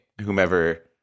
whomever